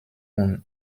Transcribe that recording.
und